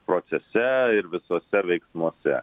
procese ir visuose veiksmuose